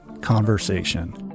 conversation